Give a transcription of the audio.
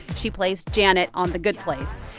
she plays janet on the good place.